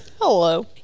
hello